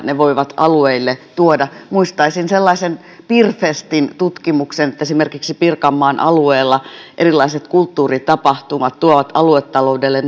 ne voivat alueille tuoda muistan sellaisen pirfestin tutkimuksen että esimerkiksi pirkanmaan alueella erilaiset kulttuuritapahtumat tuovat aluetaloudelle